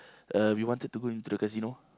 uh we wanted to go into the casino